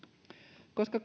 koska